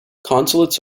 consulates